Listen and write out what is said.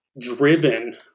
driven